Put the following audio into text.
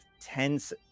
tense